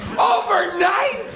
overnight